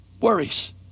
Worries